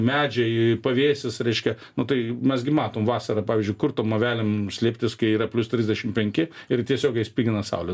medžiai pavėsis reiškia na tai mes gi matom vasarą pavyzdžiui kur tom avelėm slėptis kai yra plius trisdešimt penki ir tiesiogiai spigina saulė